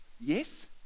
yes